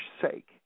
forsake